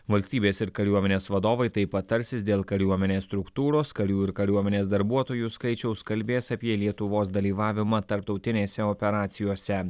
valstybės ir kariuomenės vadovai taip pat tarsis dėl kariuomenės struktūros karių ir kariuomenės darbuotojų skaičiaus kalbės apie lietuvos dalyvavimą tarptautinėse operacijose